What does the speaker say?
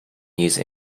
use